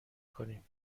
کنیم